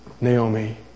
Naomi